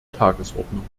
tagesordnung